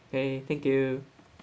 okay thank you